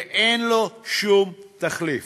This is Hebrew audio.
ואין לו שום תחליף.